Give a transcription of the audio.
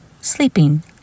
sleeping